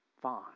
Fine